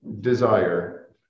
desire